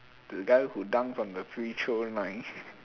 the guy who dunk from the free throw line